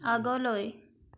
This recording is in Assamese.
আগলৈ